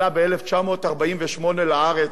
עלה ב-1948 לארץ,